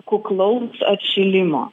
kuklaus atšilimo